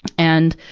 and,